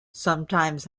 sometimes